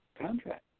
contract